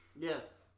Yes